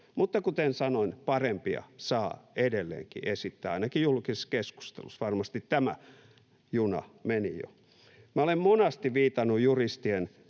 Mutta kuten sanoin, parempia saa edelleenkin esittää, ainakin julkisessa keskustelussa — varmasti tämä juna meni jo. Minä olen monasti viitannut juristien